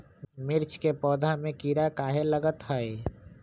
मिर्च के पौधा में किरा कहे लगतहै?